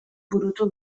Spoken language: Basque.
burutu